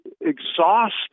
exhaust